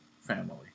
family